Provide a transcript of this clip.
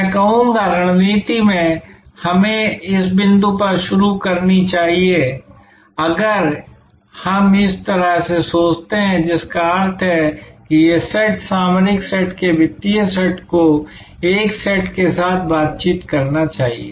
मैं कहूंगा कि रणनीति हमें इस बिंदु पर शुरू करनी चाहिए अगर हम इस तरह से सोचते हैं जिसका अर्थ है कि ये सेट सामरिक सेट के वित्तीय सेट को इस सेट के साथ बातचीत करना चाहिए